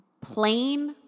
plain